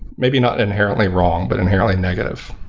maybe not inherently wrong, but inherently negative.